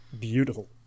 beautiful